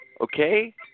Okay